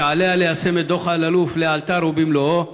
שעליה ליישם את דוח אלאלוף לאלתר ובמלואו,